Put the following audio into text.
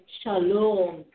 Shalom